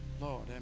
Lord